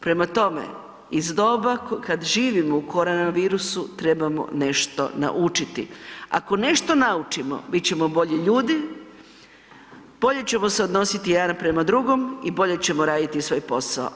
Prema tome iz doba kad živimo u korona virusu trebamo nešto naučiti, ako nešto naučimo bit ćemo bolji ljudi, bolje ćemo se odnositi jedan prema drugom i bolje ćemo raditi svoj posao.